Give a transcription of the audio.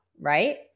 right